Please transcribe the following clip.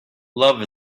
love